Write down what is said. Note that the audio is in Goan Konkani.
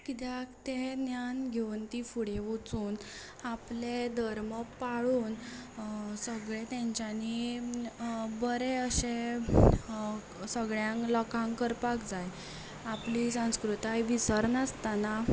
किद्याक तें ज्ञान घेवन तीं फुडें वचून आपले धर्म पाळून सगळे तेंच्यांनी बरें अशें सगळ्या लोकांक करपाक जाय आपली संस्कृताय विसरनासतना